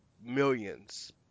millions